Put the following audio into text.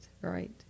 Right